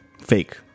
fake